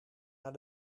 naar